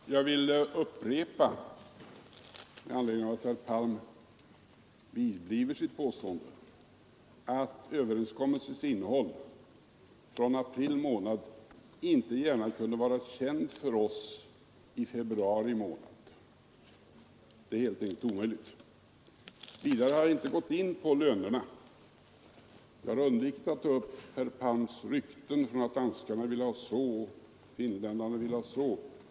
Fru talman! Jag vill upprepa, med anledning av att herr Palm vidbliver sitt påstående, att överenskommelsens innehåll från april månad inte gärna kunde vara känt för oss i februari månad. Det är helt enkelt omöjligt. Vidare har jag inte gått in på lönerna. Jag har undvikit att ta upp herr Palms rykten om hur danskarna ville ha det, hur finländarna ville ha det osv.